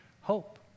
hope